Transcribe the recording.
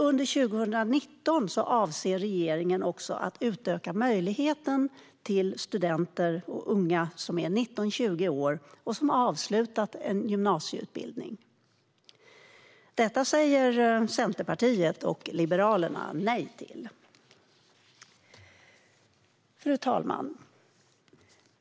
Under 2019 avser regeringen att utvidga möjligheten även till unga i åldern 19-20 år som har avslutat en gymnasieutbildning. Detta säger Centerpartiet och Liberalerna nej till. Fru talman!